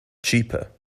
cheaper